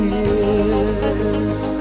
years